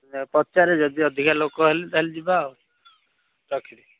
ପଚାରେ ଯଦି ଅଧିକା ଲୋକ ହେଲେ ତା'ହେଲେ ଯିବା ଆଉ ରଖିଲି